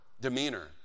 demeanor